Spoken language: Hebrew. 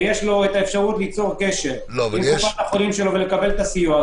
ויש לו אפשרות ליצור קשר עם קופת החולים שלו ולקבל את הסיוע,